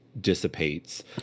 dissipates